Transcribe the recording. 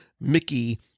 Mickey